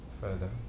further